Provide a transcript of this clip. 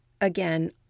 again